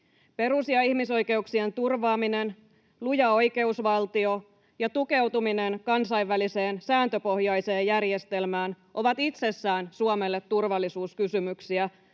Perus- ja ihmisoikeuksien turvaaminen, luja oikeusvaltio ja tukeutuminen kansainväliseen sääntöpohjaiseen järjestelmään ovat itsessään Suomelle turvallisuuskysymyksiä,